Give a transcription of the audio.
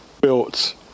built